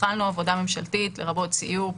התחלנו עבודה ממשלתית לרבות סיור,